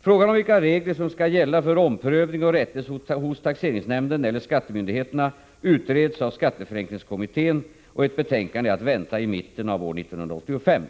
Frågan om vilka regler som skall gälla för omprövning och rättelse hos taxeringsnämnden eller skattemyndigheterna utreds av skatteförenklingskommittén , och ett betänkande är att vänta i mitten av år 1985.